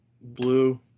blue